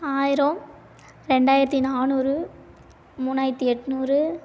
ஆயிரம் ரெண்டாயிரத்து நானூறு மூணாயிரத்து எட்நூறு